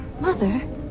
Mother